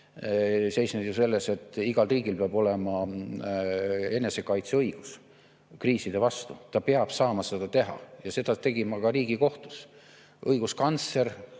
seisneb ju selles, et igal riigil peab olema enesekaitseõigus kriiside vastu, ta peab saama seda teha. Ja seda tegin ma ka Riigikohtus. Õiguskantsler,